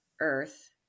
earth